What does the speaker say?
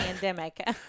pandemic